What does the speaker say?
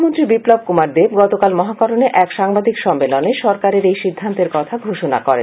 মুখ্যমন্ত্রী বিপ্লব কুমার দেব গতকাল মহাকরণে এক সাংবাদিক সম্মেলনে সরকারের এই সিদ্ধান্তের কথা ঘোষণা করেন